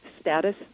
status